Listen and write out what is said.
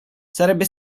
sarebbe